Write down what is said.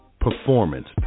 Performance